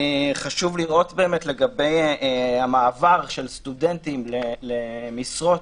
חשוב לראות לגבי המעבר של סטודנטים למשרות,